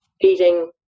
eating